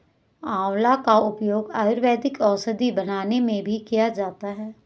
आंवला का उपयोग आयुर्वेदिक औषधि बनाने में भी किया जाता है